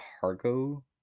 cargo